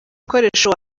bikoresho